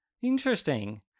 Interesting